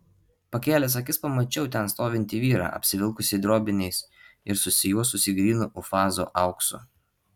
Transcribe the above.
pakėlęs akis pamačiau ten stovintį vyrą apsivilkusį drobiniais ir susijuosusį grynu ufazo auksu